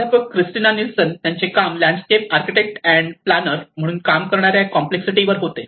प्राध्यापक Christina Nilsson त्यांचे काम लँडस्केप आर्किटेक्ट अँड प्लानर म्हणून काम करणाऱ्या कॉम्प्लेक्ससिटी वर होते